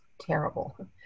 terrible